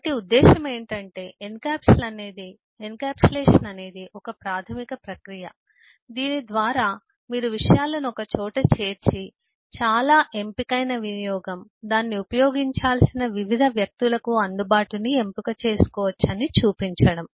కాబట్టి ఉద్దేశ్యం ఏంటంటే ఎన్క్యాప్సులేషన్ అనేది ఒక ప్రాధమిక ప్రక్రియ దీని ద్వారా మీరు విషయాలను ఒకచోట చేర్చి చాలా ఎంపికైన వినియోగం దాన్ని ఉపయోగించాల్సిన వివిధ వ్యక్తులకు అందుబాటుని ఎంపిక చేసుకోవచ్చు అని చూపించడం